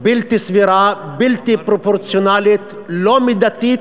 בלתי סבירה, בלתי פרופורציונלית, לא מידתית.